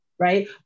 right